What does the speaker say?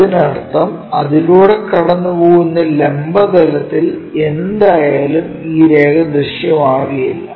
അതിനർത്ഥം അതിലൂടെ കടന്നുപോകുന്ന ലംബ തലത്തിൽ എന്തായാലും ഈ രേഖ ദൃശ്യമാകില്ല